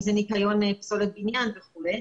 אם זה ניקיון פסולת בניין וכו'.